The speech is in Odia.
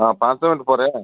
ହଁ ପାଞ୍ଚ ମିନିଟ୍ ପରେ